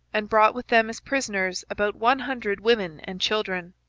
and brought with them as prisoners about one hundred women and children.